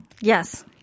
Yes